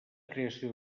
creació